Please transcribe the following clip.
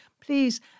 Please